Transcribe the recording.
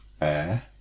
air